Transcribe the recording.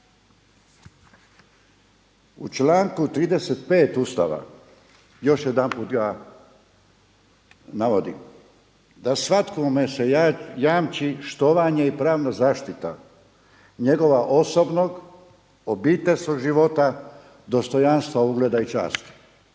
U članku 35. Ustava još jedanput ga navodi da svakome se jamči štovanje i pravna zaštita njegova osobnog, obiteljskog života, dostojanstva, ugleda i časti.